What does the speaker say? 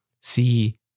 see